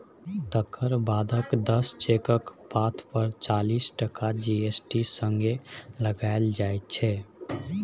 तकर बादक दस चेकक पात पर चालीस टका जी.एस.टी संगे लगाएल जाइ छै